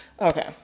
Okay